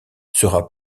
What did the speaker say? sera